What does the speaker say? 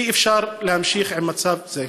אי-אפשר להמשיך עם מצב זה.